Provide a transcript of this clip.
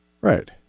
Right